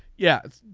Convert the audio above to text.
yeah.